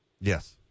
Yes